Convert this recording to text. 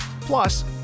Plus